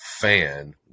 fan